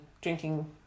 drinking